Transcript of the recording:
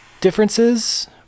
differences